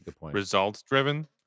results-driven